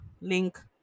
link